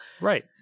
Right